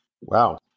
Wow